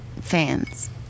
fans